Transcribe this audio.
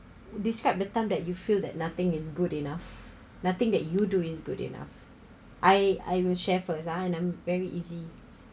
describe the time that you feel that nothing is good enough nothing that you do is good enough I I will share first ah and um very easy